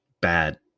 bad